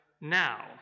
now